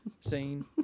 scene